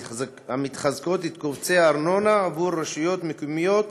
את קובצי הארנונה עבור רשויות מקומיות